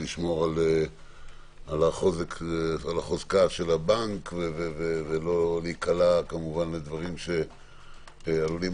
לשמור על חוזק הבנק ולא להיקלע לדברים שעלולים